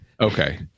Okay